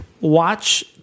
watch